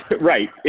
Right